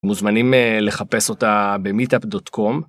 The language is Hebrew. מוזמנים לחפש אותה במטאפ דוט קום.